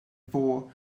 four